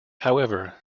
however